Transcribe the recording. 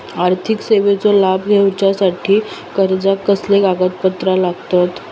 आर्थिक सेवेचो लाभ घेवच्यासाठी अर्जाक कसले कागदपत्र लागतत?